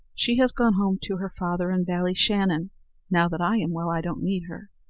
she has gone home to her father in ballyshannon now that i am well, i don't need her.